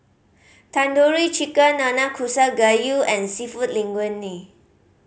Tandoori Chicken Nanakusa Gayu and Seafood Linguine